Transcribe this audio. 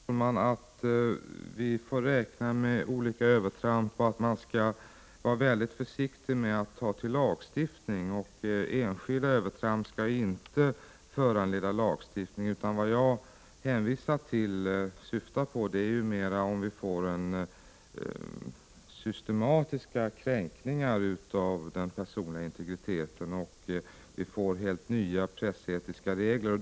Herr talman! Jag tror också att vi får räkna med olika övertramp, och jag menar att man skall vara mycket försiktig att ta till lagstiftning. Enskilda övertramp skall inte föranleda lagstiftning. Vad jag hänvisar till och syftar på är det fallet att vi får systematiska kränkningar av den personliga integriteten och att vi får helt nya pressetiska regler.